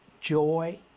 joy